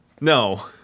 No